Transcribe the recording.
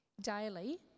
daily